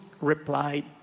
replied